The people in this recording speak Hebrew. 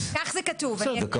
כך זה כתוב, אני אקריא.